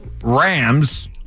Rams